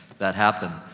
that happen.